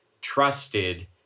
trusted